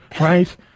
right